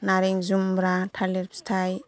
नारें जुमब्रा थालेर फिथाइ